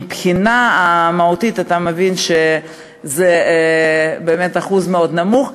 מבחינה מהותית אתה מבין שזה באמת אחוז מאוד נמוך.